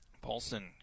Paulson